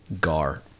Gar